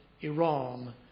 Iran